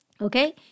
Okay